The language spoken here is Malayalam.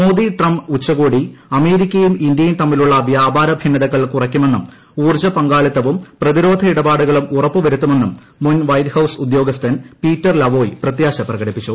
മോദി ട്രംപ് ഉച്ചകോടി അമേരിക്കയും ഇന്ത്യയും തമ്മിലുള്ള വ്യാപാര ഭിന്നതകൾ കുറയ്ക്കുമെന്നും ഊർജ പങ്കാളിത്തവും പ്രതിരോധ ഇടപാടുകളും ഉറപ്പുവരുത്തുമെന്നും മുൻ വൈറ്റ് ഫ്റൌസ് ഉദ്യോഗസ്ഥൻ പീറ്റർ ലാവോയി പ്രത്യാശ പ്രകടിപ്പിച്ചു